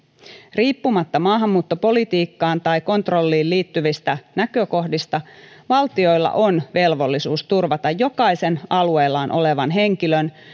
riippumatta maahanmuuttopolitiikkaan tai kontrolliin liittyvistä näkökohdista valtioilla on velvollisuus turvata jokaisen alueellaan olevan henkilön